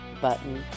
button